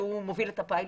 שהוא מוביל את הפיילוט,